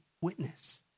witness